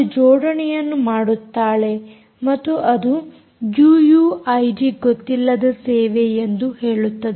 ಅವಳು ಜೋಡನೆಯನ್ನು ಮಾಡುತ್ತಾಳೆ ಮತ್ತು ಅದು ಯೂಯೂಐಡಿ ಗೊತ್ತಿಲ್ಲದ ಸೇವೆ ಎಂದು ಹೇಳುತ್ತದೆ